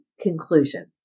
conclusion